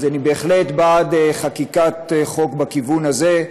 אז אני בהחלט בעד חקיקת חוק בכיוון הזה,